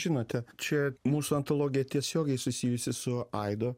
žinote čia mūsų antologija tiesiogiai susijusi su aido